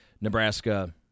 Nebraska